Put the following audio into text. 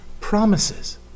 promises